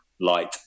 light